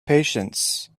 patience